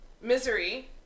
Misery